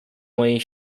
mojej